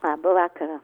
laba vakarą